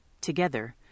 Together